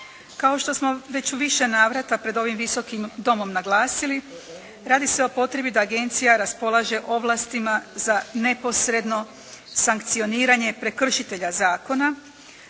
Kao što smo već u više navrata pred ovim Visokom domom naglasili radi se o potrebi da agencija raspolaže ovlastima za neposredno sankcioniranje prekršitelja zakona,